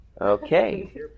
Okay